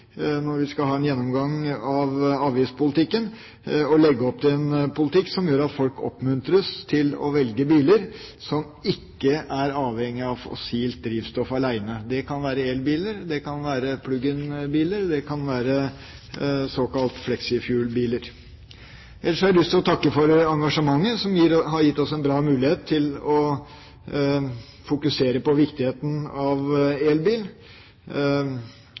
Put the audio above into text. når vi skal ha en gjennomgang av avgiftspolitikken, å legge opp til en politikk som gjør at folk oppmuntres til å velge biler som ikke er avhengig av fossilt drivstoff alene. Det kan være elbiler, det kan være plug-in-biler og det kan være såkalte flexifuel-biler. Ellers har jeg lyst til å takke for engasjementet, som har gitt oss en bra mulighet til å fokusere på viktigheten av elbil.